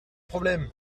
problème